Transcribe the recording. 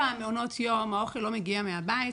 במעונות יום האוכל לא מגיע מהבית,